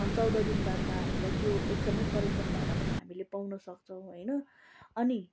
चौध दिन बादमा हामीलाई त्यो एकदमै करेक्सन भएर पनि हामीले पाउन सक्छौँ होइन अनि